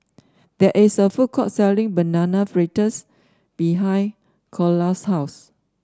there is a food court selling Banana Fritters behind Ceola's house